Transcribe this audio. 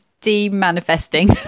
de-manifesting